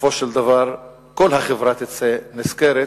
בסופו של דבר כל החברה תצא נשכרת,